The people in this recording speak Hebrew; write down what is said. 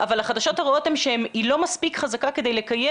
אבל החדשות הרעות הן שהיא לא מספיק חזקה כדי לקיים